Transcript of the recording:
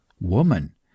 Woman